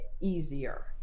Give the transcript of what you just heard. easier